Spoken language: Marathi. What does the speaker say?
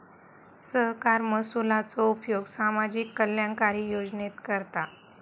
सरकार महसुलाचो उपयोग सामाजिक कल्याणकारी योजनेत करता